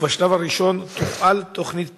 ובשלב הראשון תופעל תוכנית פיילוט.